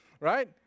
Right